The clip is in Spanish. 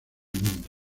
mundo